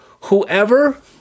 whoever